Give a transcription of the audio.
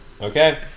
Okay